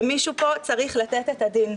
ומישהו פה צריך לתת את הדין.